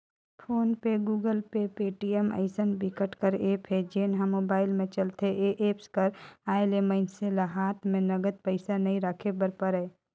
phone पे, Google Pay, Paytm अइसन बिकट कर ऐप हे जेन ह मोबाईल म चलथे ए एप्स कर आए ले मइनसे ल हात म नगद पइसा नइ राखे बर परय